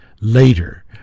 later